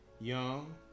young